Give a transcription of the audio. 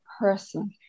person